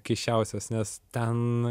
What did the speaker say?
keisčiausios nes ten